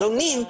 העלונים,